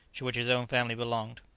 to which his own family belonged.